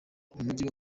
umujyi